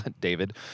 David